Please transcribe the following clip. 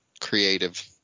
creative